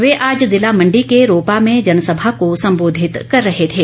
वे आज जिला मंडी के रोपा में जनसभा को संबोधित कर रहे थे